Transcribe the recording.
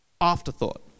afterthought